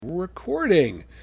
recording